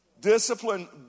discipline